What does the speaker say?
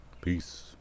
peace